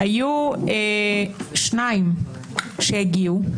היו שניים שהגיעו,